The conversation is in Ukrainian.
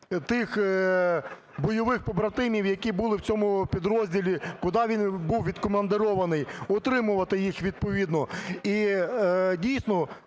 тих бойових побратимів, які були в цьому підрозділі, куди він був відкомандирований, отримувати їх відповідно.